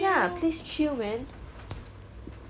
ya please chill man